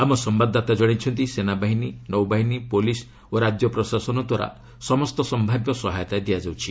ଆମ ସମ୍ଭାଦଦାତା ଜଣାଇଛନ୍ତି ସେନାବାହିନୀ ନୌବାହିନୀ ପୁଲିସ୍ ଓ ରାଜ୍ୟ ପ୍ରଶାସନଦ୍ୱାରା ସମସ୍ତ ସମ୍ଭାବ୍ୟ ସହାୟତା ଦିଆଯାଉଛି